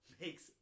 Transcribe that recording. makes